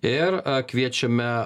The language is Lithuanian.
ir kviečiame